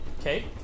okay